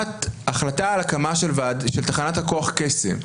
החלטה על הקמה של תחנת הכוח קסם,